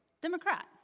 Democrat